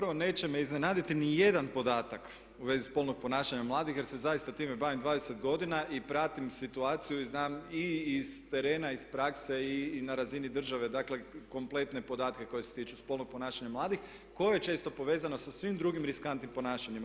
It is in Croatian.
Prvo, neće me iznenaditi nijedan podatak u vezi spolnog ponašanja mladih jer se zaista time bavim 20 godina i pratim situaciju i znam i s terena i iz prakse i na razini države dakle kompletne podatke koji se tiču spolnog ponašanja mladih koje je često povezano sa svim drugim riskantnim ponašanjima.